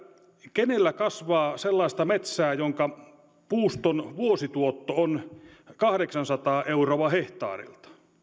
kenellä kasvaa sellaista metsää jonka puuston vuosituotto on kahdeksansataa euroa hehtaarilta